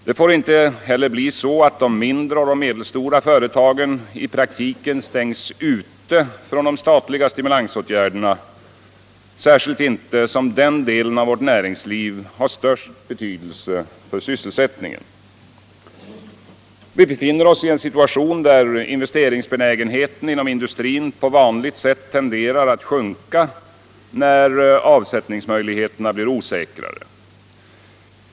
Det får inte heller bli så att de mindre och medelstora företagen i praktiken stängs ute från de statliga stimulansåtgärderna, särskilt inte som den delen av vårt näringsliv har störst betydelse för sysselsättningen. Vi befinner oss nu i en situation där investeringsbenägenheten inom industrin på vanligt sätt tenderar att sjunka när avsättningsmöjligheterna blir osäkrare.